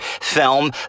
film